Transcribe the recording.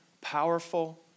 powerful